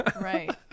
Right